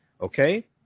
Okay